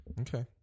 Okay